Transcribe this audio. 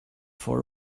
for